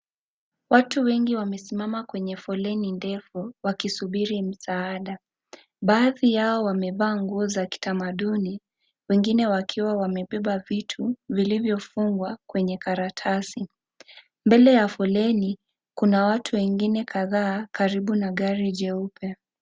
Watu wengi wamesimama kwenye foleni ndefu, wakisubiri msaada. Baadhi yao wamevaa nguo za kitamaduni. Wengine wakiwa wamebeba vitu, vilivyofungwa kwenye karatasi. Mbele ya foleni, kuna watu wengine kadhaa, karibu na gari jeupe.